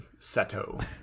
Seto